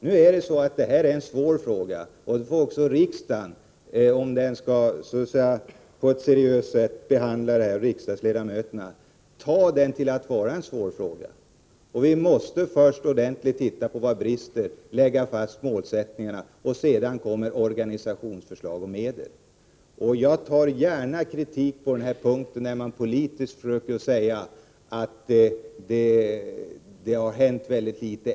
Nu är det här en svår fråga, och då får också riksdagsledamöterna, om riksdagen skall behandla den på ett seriöst sätt, ta den som en svår fråga. Vi måste först ordentligt titta på vad det är som brister och lägga fast målsättningarna, sedan kommer organisationsförslag och medel. Jag tar lätt på den kritik som säger att det har hänt väldigt litet.